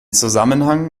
zusammenhang